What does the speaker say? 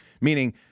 Meaning